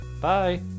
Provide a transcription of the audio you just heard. Bye